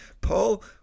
Paul